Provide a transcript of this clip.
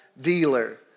dealer